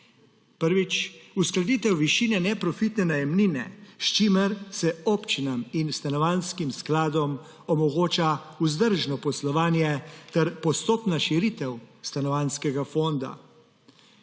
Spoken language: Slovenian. Prvič. Uskladitev višine neprofitne najemnine, s čimer se občinam in stanovanjskim skladom omogoča vzdržno poslovanje ter postopna širitev stanovanjskega fonda.